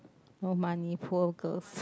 no money poor girls